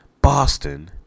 Boston